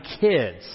kids